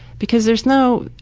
because there is no,